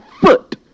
foot